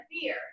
fear